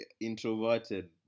introverted